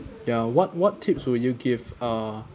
ya what what tips would you give a